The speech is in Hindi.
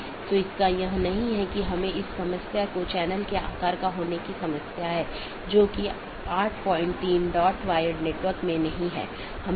उदाहरण के लिए एक BGP डिवाइस को इस प्रकार कॉन्फ़िगर किया जा सकता है कि एक मल्टी होम एक पारगमन अधिकार के रूप में कार्य करने से इनकार कर सके